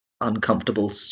uncomfortable